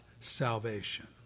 salvation